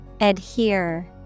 Adhere